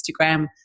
Instagram